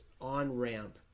on-ramp